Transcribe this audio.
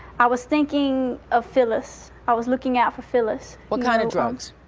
i was thinking of phyllis. i was looking out for phyllis. what kind of drugs?